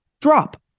drop